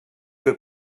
que